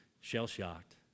shell-shocked